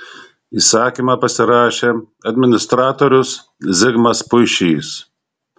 įsakymą pasirašė administratorius zigmas puišys